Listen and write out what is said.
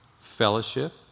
fellowship